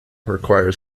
requires